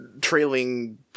trailing